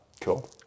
Cool